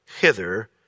hither